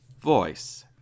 voice